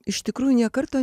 iš tikrųjų nė karto